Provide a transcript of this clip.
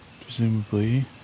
presumably